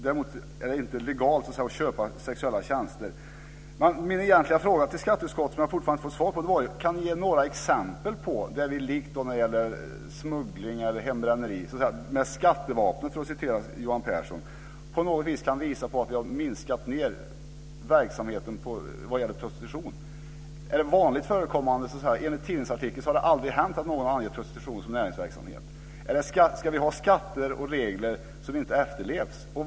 Däremot är det inte legalt att köpa sexuella tjänster. Min egentliga fråga till skatteutskottet, som jag fortfarande inte har fått svar på, är om ni kan ge några exempel på att vi liksom när det gäller smuggling eller hembränneri med skattevapnet, för att citera Johan Pehrson, på något vis har minskat verksamheten vad gäller prostitution. Är det vanligt förekommande? Enligt en tidningsartikel har det aldrig hänt att någon har angett prostitution som näringsverksamhet. Ska vi ha skatter och regler som inte efterlevs?